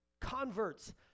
converts